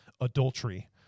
adultery